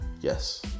Yes